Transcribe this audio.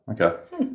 Okay